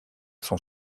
son